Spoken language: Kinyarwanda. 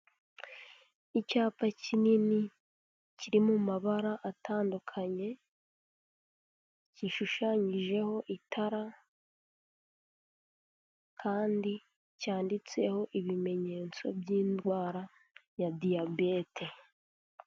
Icyapa kinini kiri mu mabara atandukanye gishushanyijeho itara kandi cyanditseho ibimenyetso by'indwara ya diyabete.